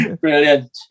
brilliant